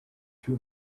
too